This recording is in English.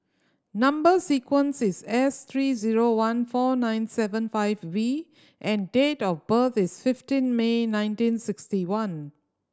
number sequence is S three zero one four nine seven five V and date of birth is fifteen May nineteen sixty one